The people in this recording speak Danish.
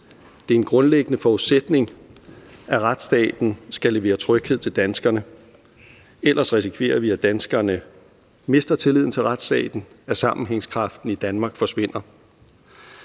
Det er en grundlæggende forudsætning, at retsstaten skal levere tryghed til danskerne, for ellers risikerer vi, at danskerne mister tilliden til retsstaten, at sammenhængskraften i Danmark forsvinder.